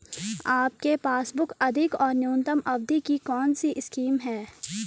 आपके पासबुक अधिक और न्यूनतम अवधि की कौनसी स्कीम है?